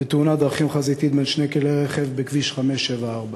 בתאונת דרכים חזיתית בין שני כלי רכב בכביש 574,